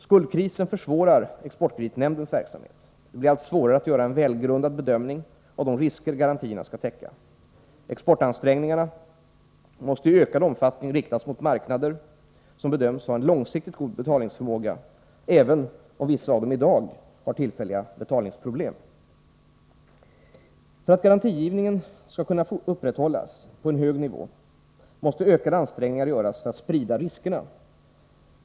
Skuldkrisen försvårar exportkreditnämndens verksamhet. Det blir allt svårare att göra en välgrundad bedömning av de risker garantierna skall täcka. Exportansträngningarna måste i ökad omfattning riktas mot marknader som bedöms ha en långsiktigt god betalningsförmåga, även om vissa av dem i dag har tillfälliga betalningsproblem. För att garantigivningen skall kunna upprätthållas på en hög nivå måste ökade ansträngningar göras för att sprida riskerna.